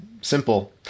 simple